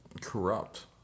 corrupt